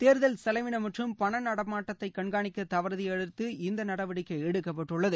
தேர்தல் செலவினம் மற்றும் பண நடமாட்டத்தைக் கண்காணிக்கத் தவறியதையடுத்த நடவடிக்கை எடுக்கப்பட்டுள்ளது